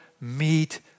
meet